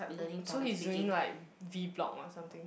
uh so he's doing like V blog or something